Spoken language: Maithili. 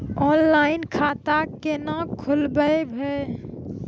ऑनलाइन खाता केना खोलभैबै?